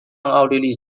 奥地利